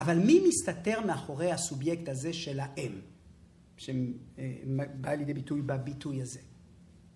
אבל מי מסתתר מאחורי הסובייקט הזה של האם שבא לידי ביטוי בביטוי הזה.